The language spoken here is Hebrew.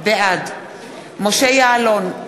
בעד משה יעלון,